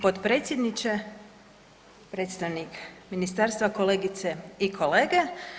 potpredsjedniče, predstavnik ministarstva, kolegice i kolege.